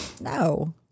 no